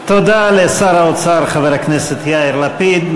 תודה לשר האוצר חבר הכנסת יאיר לפיד.